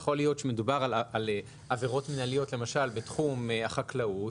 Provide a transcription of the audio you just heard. יכול להיות שמדובר על עבירות מינהליות למשל בתחום החקלאות.